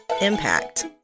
IMPACT